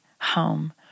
home